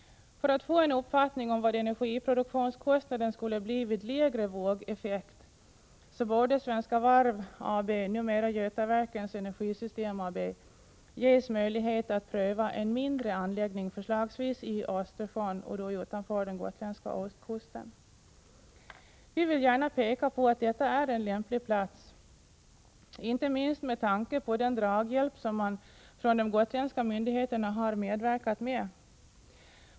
För att få en uppfattning om vad energiproduktionskostnaden skulle bli vid lägre vågeffekt borde Svenska Varv AB, numera Götaverken Energy Systems AB, ges möjlighet att pröva en mindre anläggning, förslagsvis i Östersjön utanför den gotländska ostkusten. Vi vill gärna peka på att detta är en lämplig plats, inte minst med tanke på den draghjälp som de gotländska myndigheterna har medverkat med.